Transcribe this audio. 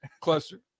Cluster